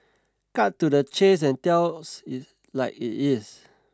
cut to the chase and tells it like it is